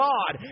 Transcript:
God